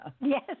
Yes